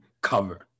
cover